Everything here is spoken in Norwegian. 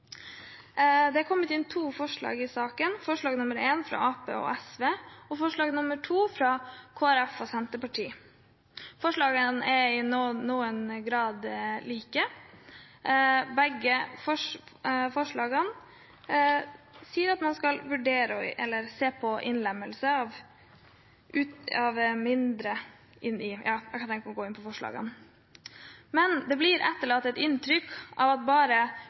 er to forslag i saken, forslag nr. 1, fra Arbeiderpartiet og SV, og forslag nr. 2, fra Kristelig Folkeparti og Senterpartiet. Forslagene er i noen grad like, men begge forslagene sier at man skal se på innlemmelse av mindre tiltak – jeg har ikke tenkt å gå inn på forslagene. Det blir etterlatt et inntrykk av at bare